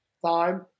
time